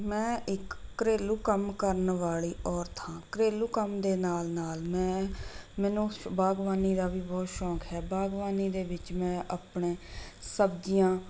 ਮੈਂ ਇੱਕ ਘਰੇਲੂ ਕੰਮ ਕਰਨ ਵਾਲੀ ਔਰਤ ਹਾਂ ਘਰੇਲੂ ਕੰਮ ਦੇ ਨਾਲ਼ ਨਾਲ਼ ਮੈਂ ਮੈਨੂੰ ਸ ਬਾਗਬਾਨੀ ਦਾ ਵੀ ਬਹੁਤ ਸ਼ੌਂਕ ਹੈ ਬਾਗਬਾਨੀ ਦੇ ਵਿੱਚ ਮੈਂ ਆਪਣੇ ਸਬਜ਼ੀਆਂ